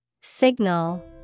Signal